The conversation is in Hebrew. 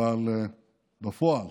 אבל בפועל